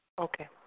Okay